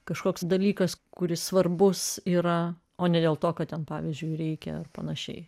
kažkoks dalykas kuris svarbus yra o ne dėl to kad ten pavyzdžiui reikia panašiai